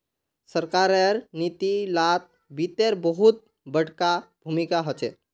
सरकारेर नीती लात वित्तेर बहुत बडका भूमीका होचे